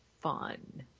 fun